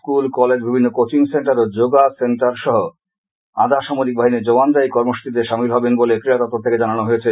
school college বিভিন্ন coaching centre ও yoga centre সহ আধা সামরিক বাহিনীর জওয়ানরা এই কর্মসূচীতে সামিল হবেন বলে ক্রীড়া দপ্তর থেকে জানানো হয়েছে